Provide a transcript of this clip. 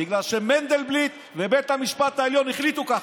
בגלל שמנדלבליט ובית המשפט העליון החליטו ככה,